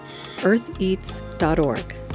eartheats.org